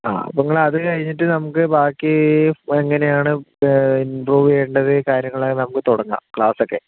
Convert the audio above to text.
അപ്പോൾ നിങ്ങളത് കഴിഞ്ഞിട്ട് നമുക്ക് ബാക്കി എങ്ങനെയാണ് ഇംപ്രൂവ് ചെയ്യേണ്ടത് കാര്യങ്ങളെല്ലാം നമുക്ക് തുടങ്ങാം ക്ലാസ്സൊക്കെ